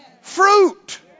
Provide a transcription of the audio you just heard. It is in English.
fruit